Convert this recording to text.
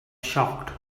shocked